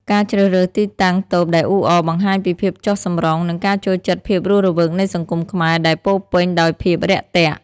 ការជ្រើសរើសទីតាំងតូបដែលអ៊ូអរ បង្ហាញពីភាពចុះសម្រុង និងការចូលចិត្តភាពរស់រវើកនៃសង្គមខ្មែរ ដែលពោរពេញដោយភាពរាក់ទាក់។